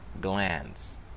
glands